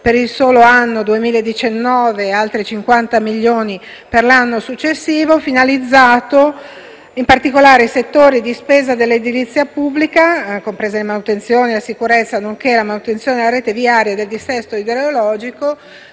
per il solo anno 2019 e altri 50 milioni di euro per l'anno successivo, finalizzati in particolare al settore di spesa dell'edilizia pubblica, ivi comprese la manutenzione e la sicurezza, nonché la manutenzione della rete viaria e del dissesto idrogeologico